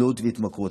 תלות והתמכרות.